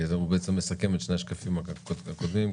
שבעצם מסכם את שני השקפים הקודמים.